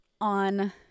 On